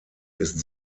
ist